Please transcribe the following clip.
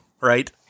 right